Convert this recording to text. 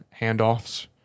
handoffs